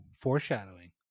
foreshadowing